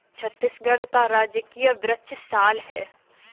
छत्तीसगढ़ का राजकीय वृक्ष साल है